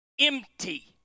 empty